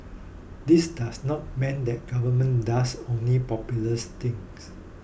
this does not mean the Government does only popular things